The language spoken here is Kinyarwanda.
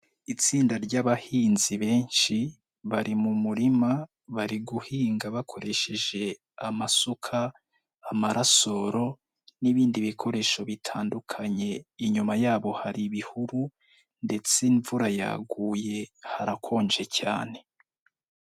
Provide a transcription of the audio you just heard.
Itsinda ry'abahinzi benshi, bari mu murima, bari guhinga bakoresheje amasuka, amarasoro, n'ibindi bikoresho bitandukanye. Inyuma yabo hari ibihuru, ndetse imvura yaguye harakonje cyane.